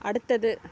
அடுத்தது